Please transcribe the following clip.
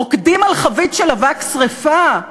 רוקדים על חבית של אבק שרפה?